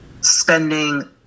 spending